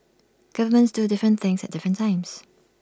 governments do different things at different times